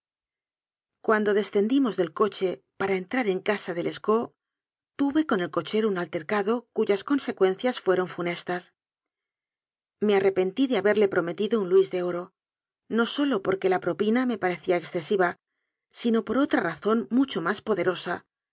cuando descendimos del coche para entrar en casa de lescaut tuve con el cochero un altercado cuyas consecuencias fueron funestas me arrepen tí de haberle prometido un luis de oro no sólo porque la propina me parecía excesiva sino por otra razón mucho más